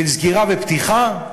את הסגירה והפתיחה,